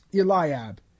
eliab